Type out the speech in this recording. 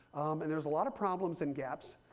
and there's a lot of problems and gaps.